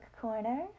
Corner